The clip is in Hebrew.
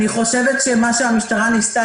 אני חושבת שהמשטרה ניסתה